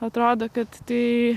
atrodo kad tai